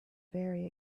very